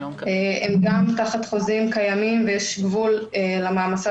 הם גם תחת חוזים קיימים ויש גבול למעמסה